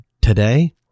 today